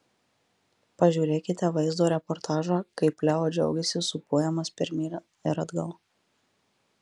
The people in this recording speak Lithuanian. pažiūrėkite vaizdo reportažą kaip leo džiaugiasi sūpuojamas pirmyn ir atgal